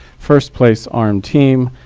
first place armed team,